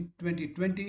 2020